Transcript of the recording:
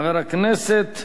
חבר הכנסת